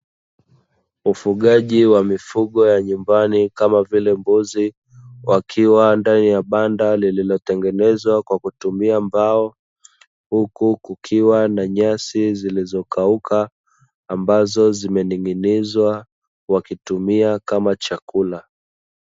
Ufugaji wa mifugo ya nyumbani kama vile mbuzi wakiwa ndani ya banda lililotengenezwa kwa kutumia mbao, huku kukiwa na nyasi zilizo kauka ambazo zimening'inizwa wakitumia kama chakula.